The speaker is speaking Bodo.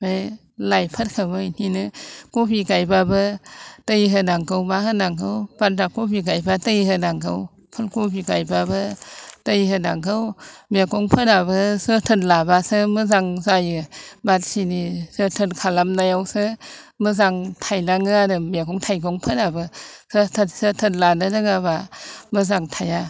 बे लाइफोरखौबो बिदिनो कबि गायबाबो दै होनांगौ मा होनांगौ बान्दा कबि गायबा दै होनांगौ फुल खबि गायबाबो दै होनांगौ मैगंफोराबो जोथोन लाबासो मोजां जायो मानसिनि जोथोन खालामनायावसो मोजां थाइलाङो आरो मैगं थाइगंफोराबो जोथोन लानो रोङाबा मोजां थाया